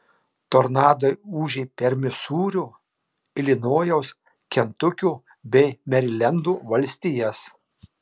tornadai ūžė per misūrio ilinojaus kentukio bei merilendo valstijas